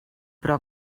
però